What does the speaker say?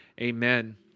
amen